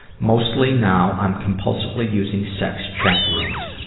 mostly now, i'm compulsively using sex chat rooms.